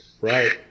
right